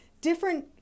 different